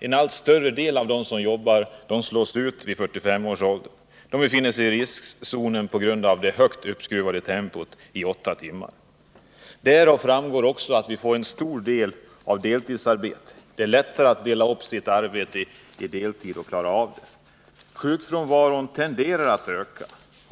En allt större del av dem som jobbar slås ut vid 45 års ålder. De befinner sig i kriszonen på grund av det uppskruvade tempot under åtta timmar. Därav följer också att vi får deltidsarbete av stor omfattning; om man delar upp arbetet på det sättet är det lättare att klara av det. Sjukfrånvaron tenderar att öka,